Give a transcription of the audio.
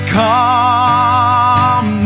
come